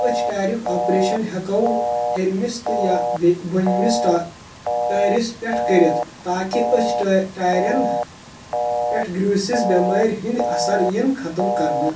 أچِھ ٹارِیُک آپریشن ہٮ۪کو ہیرمِس تہٕ یا بٕنمِس ٹا ٹٲرِس پٮ۪ٹھ کٔرِتھ تاکہ أچھ ٹارٮ۪ن پٮ۪ٹھ گریوسز بیمارۍ ہٕندۍ اثر یِن ختم کرنہٕ